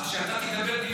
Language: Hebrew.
אז כשאתה תדבר דברי תורה,